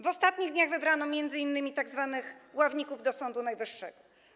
W ostatnich dniach wybrano m.in. tzw. ławników do Sądu Najwyższego.